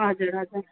हजुर हजुर